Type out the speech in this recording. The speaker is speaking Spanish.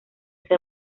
ser